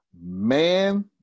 Man